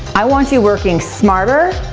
i want you working smarter,